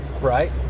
Right